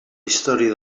història